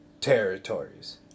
territories